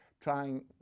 trying